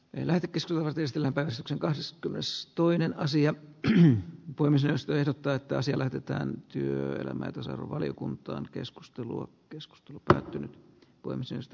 energisellä testillä persuksen kahdeskymmenestoinen asia puimisesta ehdottaa että asia lähetetään työelämän tasa arvovaliokuntaan keskustelua keskustelu päättynyt uimisesta